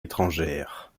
étrangère